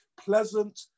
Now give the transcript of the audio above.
pleasant